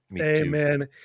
amen